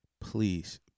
Please